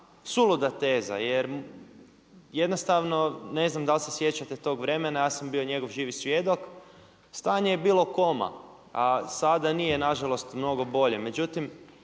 suluda teza. Jer jednostavno ne znam da li se sjećate tog vremena, ja sam bio njegov živi svjedok, stanje je bilo koma a sada nije nažalost mnogo bolje.